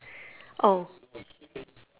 oh